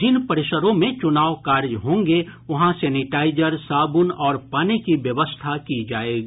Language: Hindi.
जिन परिसरों में चुनाव कार्य होंगे वहां सेनिटाईजर साबुन और पानी की व्यवस्था की जायेगी